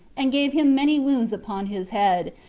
and gave him many wounds upon his head,